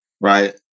right